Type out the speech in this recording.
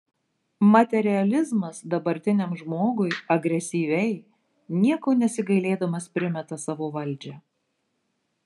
materializmas dabartiniam žmogui agresyviai nieko nesigailėdamas primeta savo valdžią